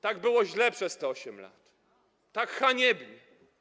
Tak było źle przez te 8 lat, tak haniebnie.